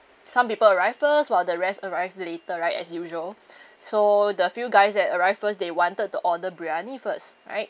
some people arrived first while the rest arrive later right as usual so the few guys that arrived first they wanted to order briyani first right